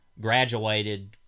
graduated